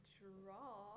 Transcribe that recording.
draw